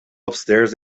upstairs